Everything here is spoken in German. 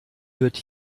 wird